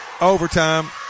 overtime